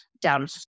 down